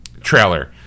trailer